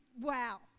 wow